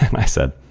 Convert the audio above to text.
i said,